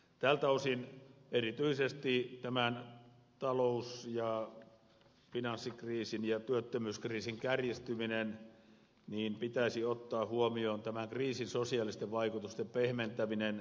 tältä osin erityisesti talous ja finanssikriisin ja työttömyyskriisin kärjistyminen pitäisi ottaa huomioon tämän kriisin sosiaalisten vaikutusten pehmentäminen